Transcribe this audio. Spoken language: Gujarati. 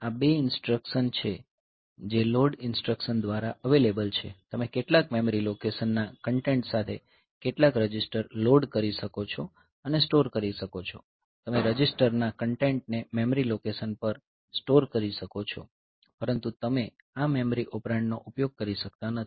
આ 2 ઇન્સટ્રકશન છે જે LOAD ઇન્સટ્રકશન દ્વારા અવેલેબલ છે તમે કેટલાક મેમરી લોકેશન ના કન્ટેન્ટ સાથે કેટલાક રજિસ્ટર લોડ કરી શકો છો અને સ્ટોર કરી શકો છો તમે રજિસ્ટરના કન્ટેન્ટને મેમરી લોકેશન પર સ્ટોર કરી શકો છો પરંતુ તમે આ મેમરી ઑપરેન્ડનો ઉપયોગ કરી શકતા નથી